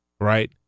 right